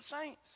saints